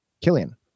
Killian